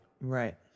Right